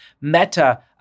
meta